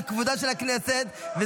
כבודה של הכנסת -- "טובל ושרץ בידו".